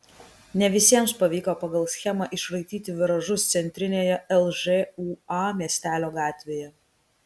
ne visiems pavyko pagal schemą išraityti viražus centrinėje lžūa miestelio gatvėje